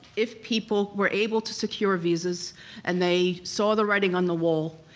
if people were able to secure visas and they saw the writing on the wall,